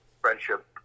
friendship